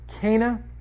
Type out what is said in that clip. Cana